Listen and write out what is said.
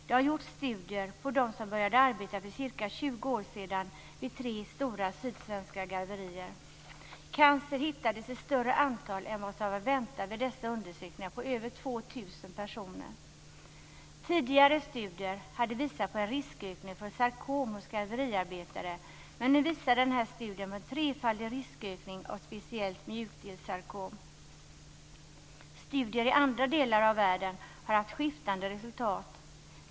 Det har gjorts studier på dem som började arbeta för ca 20 år sedan vid tre sydsvenska garverier. Cancer hittades i större antal än vad som var väntat vid dessa undersökningar på över 2 000 personer. Tidigare studier hade visat på en riskökning för sarkom hos garveriarbetare, men nu visade den här studien på en trefaldig riskökning av speciellt mjukdelssarkom. Studier i andra delar av världen har haft skiftande resultat.